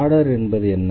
order என்பது என்ன